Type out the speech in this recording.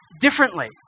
differently